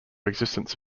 existence